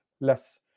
less